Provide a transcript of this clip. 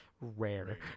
rare